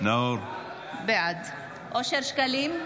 בעד אושר שקלים,